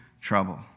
trouble